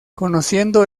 conociendo